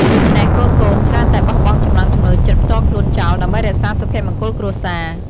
ដូច្នេះកូនៗច្រើនតែបោះបង់ចំណង់ចំណូលចិត្តផ្ទាល់ខ្លួនចោល ដើម្បីរក្សាសុភមង្គលគ្រួសារ។